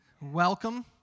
Welcome